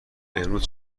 امروز